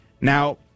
Now